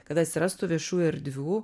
kad atsirastų viešų erdvių